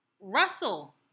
Russell